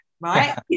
right